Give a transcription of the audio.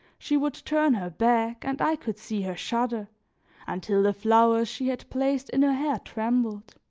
she would turn her back and i could see her shudder until the flowers she had placed in her hair trembled.